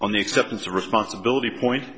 on the acceptance of responsibility point